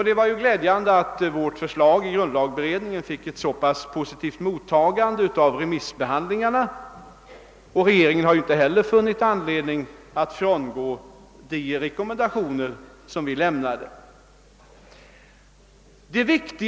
Det var glädjande att grundlagberedningens förslag fick ett så pass positivt mottagande vid remissbehandlingen och att regeringen inte heller funnit anledning att frångå de rekommendationer som vi hade lämnat.